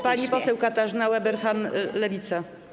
Pani poseł Katarzyna Ueberhan, Lewica.